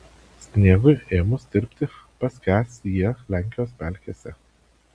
sniegui ėmus tirpti paskęs jie lenkijos pelkėse